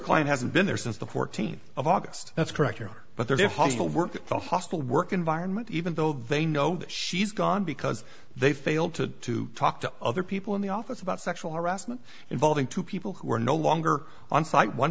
client hasn't been there since the fourteenth of august that's correct here but there's a hostile work a hostile work environment even though they know she's gone because they failed to talk to other people in the office about sexual harassment involving two people who are no longer on site one